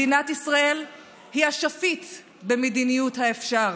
מדינת ישראל היא אשפית במדיניות האפשר.